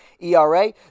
ERA